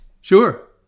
Sure